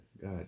God